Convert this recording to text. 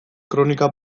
kronika